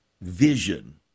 vision